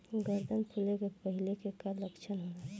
गर्दन फुले के पहिले के का लक्षण होला?